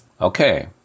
Okay